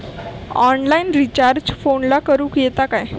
Online recharge फोनला करूक येता काय?